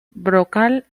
brocal